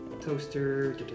Toaster